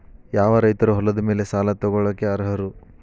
ಯಾವ ರೈತರು ಹೊಲದ ಮೇಲೆ ಸಾಲ ತಗೊಳ್ಳೋಕೆ ಅರ್ಹರು?